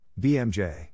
BMJ